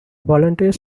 volunteers